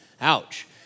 Ouch